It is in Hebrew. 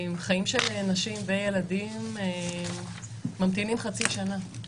חיים של נשים וילדים ממתינים חצי שנה.